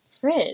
Fridge